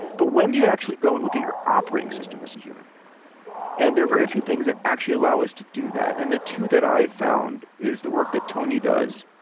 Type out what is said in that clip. but when do you actually go and look at your operating system as a and there are very few things that actually allow us to do that. and the two that i've found is the work that tony does,